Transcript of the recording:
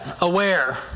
aware